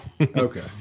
Okay